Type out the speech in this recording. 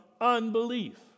unbelief